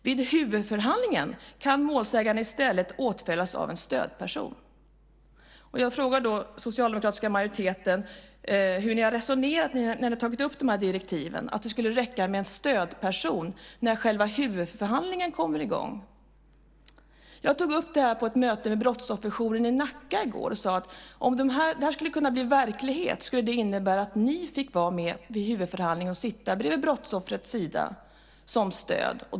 Vid huvudförhandlingen kan målsägaren i stället åtföljas av en stödperson." Jag frågar då den socialdemokratiska majoriteten hur man har resonerat när man har tagit upp dessa direktiv och att det skulle räcka med en stödperson när själva huvudförhandlingen kommer i gång. Jag tog upp detta vid ett möte med brottsofferjouren i Nacka i går och sade: Om detta skulle bli verklighet skulle det innebära att ni fick vara med vid huvudförhandlingen och sitta vid brottsoffrets sida som stöd.